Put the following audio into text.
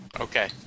Okay